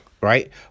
right